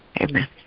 Amen